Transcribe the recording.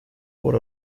por